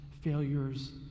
failures